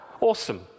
awesome